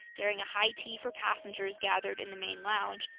during a high tea for passengers gathered in the main lounge,